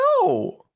No